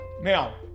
Now